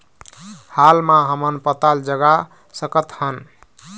हाल मा हमन पताल जगा सकतहन?